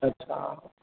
अच्छा